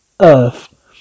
Earth